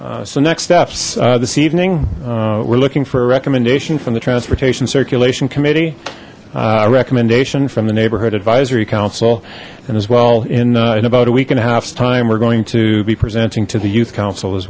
steps this evening we're looking for a recommendation from the transportation circulation committee a recommendation from the neighbourhood advisory council and as well in in about a week and a half time we're going to be presenting to the youth council as